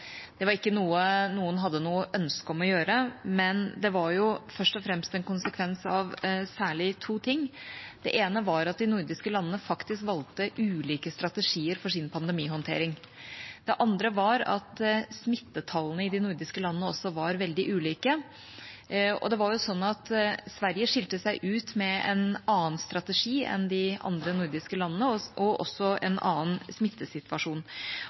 Det var ikke noe noen hadde noe ønske om å gjøre, men det var først og fremst en konsekvens av særlig to ting. Det ene var at de nordiske landene faktisk valgte ulike strategier for sin pandemihåndtering. Det andre var at smittetallene i de nordiske landene også var veldig ulike, og Sverige skilte seg ut med en annen strategi enn de andre nordiske landene, og også en annen smittesituasjon.